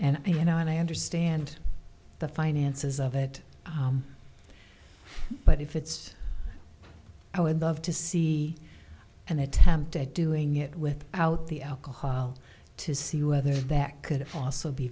and you know i understand the finances of it but if it's i would love to see an attempt at doing it with out the alcohol to see whether that could also be